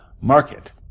market